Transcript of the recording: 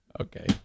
Okay